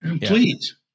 please